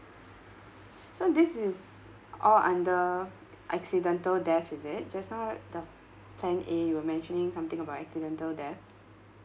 so this is all under accidental death is it just now the plan A you were mentioning something about the accidental death